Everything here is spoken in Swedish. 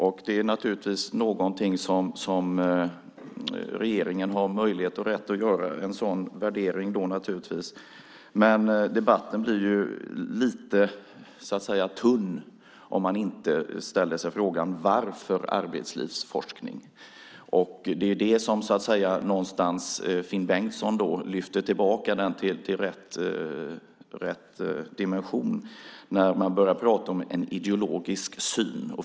Regeringen har naturligtvis möjlighet och rätt att göra en sådan värdering, men debatten blir ju lite tunn om man inte ställer sig frågan: Varför arbetslivsforskning? Det är här någonstans som Finn Bengtsson lyfter tillbaka den till rätt dimension, när man börjar prata om en ideologisk syn.